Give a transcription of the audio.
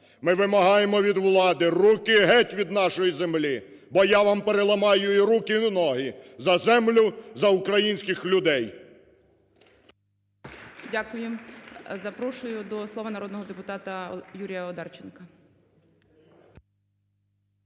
Ми вимагаємо від влади: руки геть від нашої землі! Бо я вам переламаю і руки, і ноги за землю, за українських людей! ГОЛОВУЮЧИЙ. Дякую. Запрошую до слова народного депутата Юрія Одарченка.